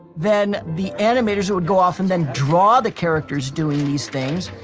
then, the animators would go off and then draw the characters doing these things,